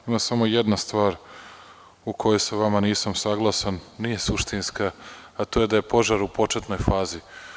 Ima samo jedna stvar u kojoj sa vama nisam saglasan, nije suštinska, a to je da je požar u početnoj fazi.